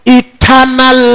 eternal